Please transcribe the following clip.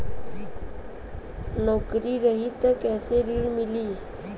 नौकरी रही त कैसे ऋण मिली?